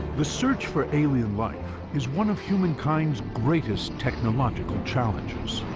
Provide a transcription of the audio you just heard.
the search for alien life is one of humankind's greatest technological challenges.